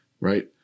right